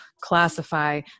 classify